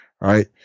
right